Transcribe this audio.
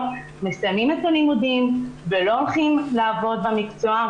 מסיימים את הלימודים ולא הולכים לעבוד במקצוע.